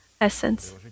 essence